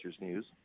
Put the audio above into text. news